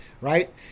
right